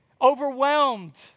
overwhelmed